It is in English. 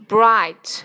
Bright